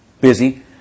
busy